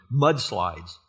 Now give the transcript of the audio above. mudslides